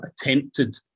attempted